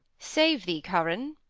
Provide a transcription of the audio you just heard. save thee, curan.